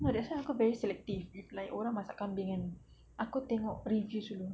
no that's why aku very selective with like orang masak kambing kan aku tengok reviews dulu